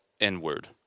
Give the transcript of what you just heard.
N-word